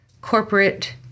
corporate